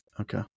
Okay